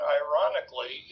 ironically